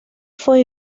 fue